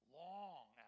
long